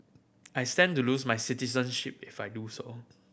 I stand to lose my citizenship if I do so